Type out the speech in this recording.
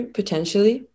potentially